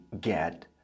get